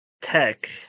tech